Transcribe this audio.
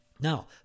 Now